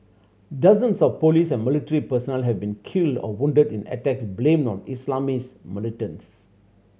dozens of police and military personnel have been killed or wounded in attacks blamed on Islamist militants